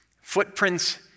Footprints